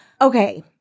Okay